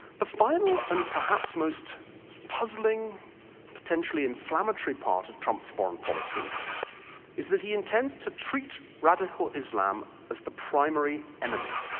the final and perhaps most puzzling potentially inflammatory part of trump's foreign policy is that he intends to treat radical islam as the primary enemy.